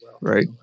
right